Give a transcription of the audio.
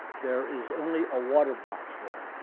there is only a water box there.